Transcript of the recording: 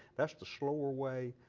that's the slower way.